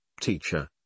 teacher